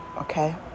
okay